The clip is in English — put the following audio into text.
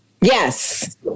Yes